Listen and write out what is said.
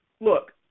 Look